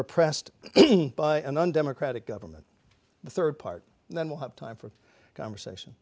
repressed by an undemocratic government the third party and then we'll have time for conversation